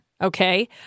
Okay